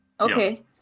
Okay